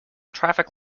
traffic